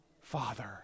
Father